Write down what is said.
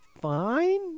fine